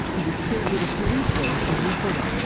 who was killed in a police raid on her home.